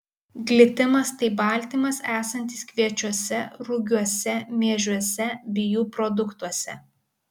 glitimas tai baltymas esantis kviečiuose rugiuose miežiuose bei jų produktuose